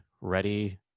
ready